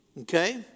Okay